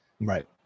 Right